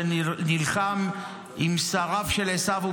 שנלחם עם שריו של עשו,